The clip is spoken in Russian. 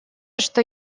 что